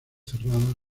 cerradas